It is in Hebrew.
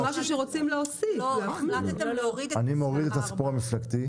אני מוריד את הסעיף המפלגתי.